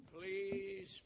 Please